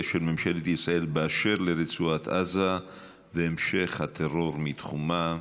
של ממשלת ישראל באשר לרצועת עזה והמשך הטרור מתחומה.